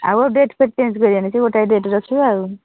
ଆଉ ଡ଼େଟ୍ ଫେଟ୍ ଚେଞ୍ଜ୍ କରିବାନି ସେଇ ଗୋଟାଏ ଡ଼େଟ୍ ରଖିବା ଆଉ